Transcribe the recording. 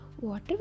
Water